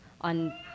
on